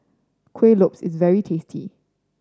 Kuih Lopes is very tasty